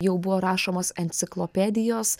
jau buvo rašomos enciklopedijos